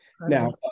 Now